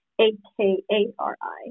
A-K-A-R-I